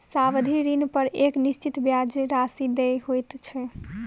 सावधि ऋणपर एक निश्चित ब्याज राशि देय होइत छै